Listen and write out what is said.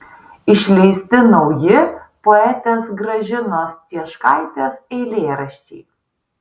išleisti nauji poetės gražinos cieškaitės eilėraščiai